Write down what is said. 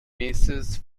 mrs